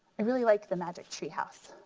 i really like the magic treehouse.